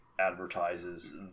advertises